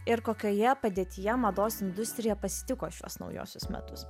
ir kokioje padėtyje mados industrija pasitiko šiuos naujuosius metus